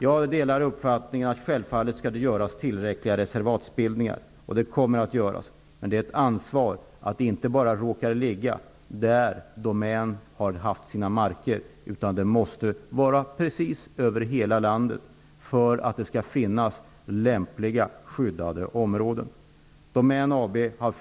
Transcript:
Jag delar uppfattningen att det självfallet skall göras tillräckliga reservatsbildningar, och det kommer att göras. Det måste tas ansvar för att dessa reservat inte bara skall ligga där Domän har haft sina marker. Reservat måste finnas över precis hela landet. Det måste nämligen finnas lämpliga skyddade områden.